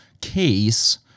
case